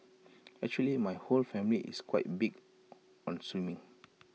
actually my whole family is quite big on swimming